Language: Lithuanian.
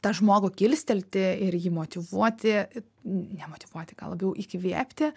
tą žmogų kilstelti ir jį motyvuoti nemotyvuoti gal labiau įkvėpti